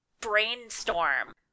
brainstorm